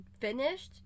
finished